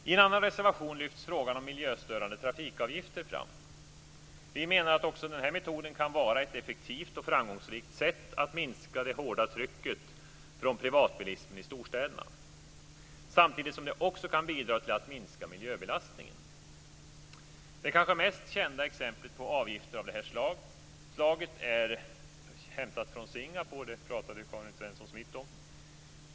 I en annan reservation lyfts frågan om miljöstörande trafikavgifter fram. Vi menar att också den här metoden kan vara ett effektivt och framgångsrikt sätt att minska det hårda trycket från privatbilismen i storstäderna. Samtidigt kan det också bidra till att minska miljöbelastningen. Det kanske mest kända exemplet på avgifter av det här slaget är hämtat från Singapore. Det pratade Karin Svensson Smith om.